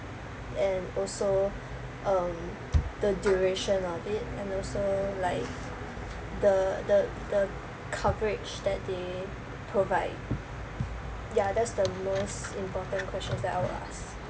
and also um the duration of it and also like the the the coverage that they provide ya that's the most important questions that I would ask